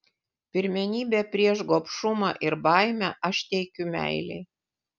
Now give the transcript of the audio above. pirmenybę prieš gobšumą ir baimę aš teikiu meilei